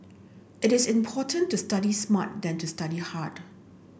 it is important to study smart than to study hard